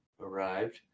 arrived